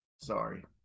sorry